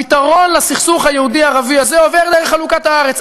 הפתרון לסכסוך היהודי ערבי הזה עובר דרך חלוקת הארץ,